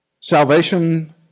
Salvation